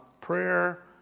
prayer